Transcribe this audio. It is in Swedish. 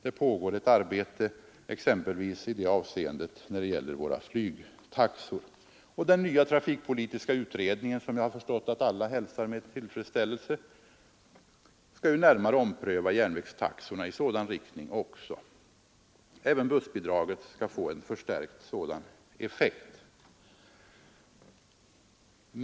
Det pågår ett arbete i det avseendet exempelvis när det gäller våra flygtaxor. Den nya trafikpolitiska utredningen, som jag har förstått att alla hälsar med tillfredsställelse, skall närmare ompröva järnvägstaxorna i sådan riktning också. Även bussbidraget skall få en förstärkt sådan effekt.